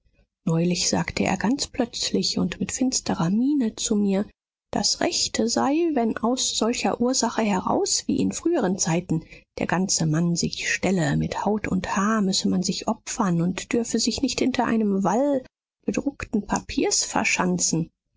neulich sagte er ganz plötzlich und mit finsterer miene zu mir das rechte sei wenn aus solcher ursache heraus wie in früheren zeiten der ganze mann sich stelle mit haut und haar müsse man sich opfern und dürfe sich nicht hinter einem wall bedruckten papiers verschanzen